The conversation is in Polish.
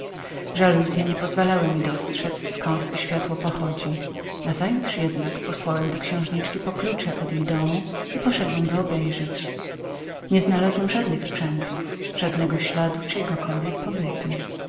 pokoju żaluzye nie pozwalały mi dostrzedz zkąd pochodziło to światło nazajutrz jednak posłałem do księżniczki po klucze od jej domu i poszedłem go obejrzeć nie znalazłem żadnych sprzętów żadnego śladu czyjegokolwiek pobytu